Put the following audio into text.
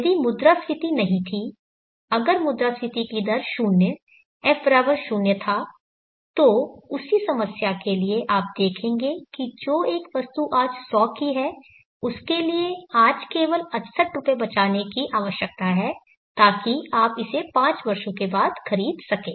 यदि मुद्रास्फीति नहीं थी अगर मुद्रास्फीति की दर 0 f 0 था तो उसी समस्या के लिए आप देखेंगे कि जो एक वस्तु आज 100 की है उसके लिए आज केवल 68 रुपए बचाने की आवश्यकता है ताकि आप इसे पांच वर्षों के बाद खरीद सकें